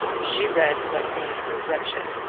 she read what made her wretched.